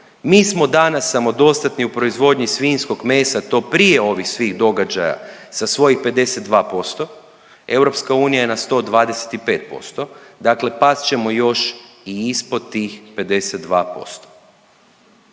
Mi smo danas samodostatni u proizvodnji svinjskog mesa, to prije ovih svih događaja sa svojih 52% EU je na 125%. Dakle, past ćemo još i ispod tih 52%.